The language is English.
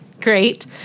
Great